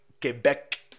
Quebec